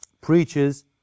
preaches